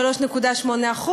3.8%,